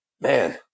man